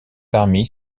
parmi